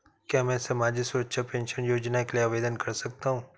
क्या मैं सामाजिक सुरक्षा पेंशन योजना के लिए आवेदन कर सकता हूँ?